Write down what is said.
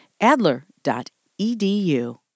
Adler.edu